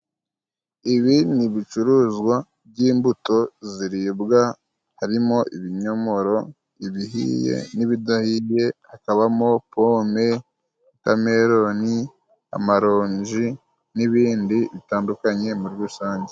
Ibi ni ibicuruzwa by'imbuto ziribwa harimo ibinyomoro ibihiye n'ibidahiye, hakabamo pome, wotameloni, amaronji n'ibindi bitandukanye muri rusange.